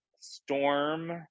Storm